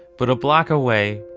but a block away,